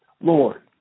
Lord